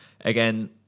Again